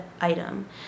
item